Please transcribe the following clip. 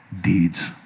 deeds